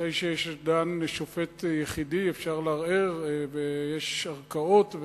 אחרי שדן שופט יחיד אפשר לערער ויש ערכאות,